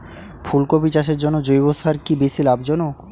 ফুলকপি চাষের জন্য জৈব সার কি বেশী লাভজনক?